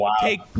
take